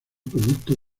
producto